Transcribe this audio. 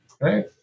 Right